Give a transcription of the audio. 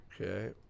Okay